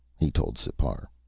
he told sipar.